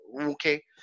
okay